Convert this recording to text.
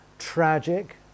Tragic